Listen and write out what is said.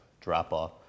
drop-off